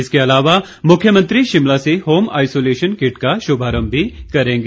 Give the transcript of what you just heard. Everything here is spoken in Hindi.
इसके अलावा मुख्यमंत्री शिमला से होम आइसोलेशन किट का शुभारम्भ भी करेंगे